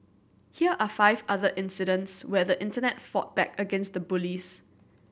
here are five other incidents where the Internet fought back against the bullies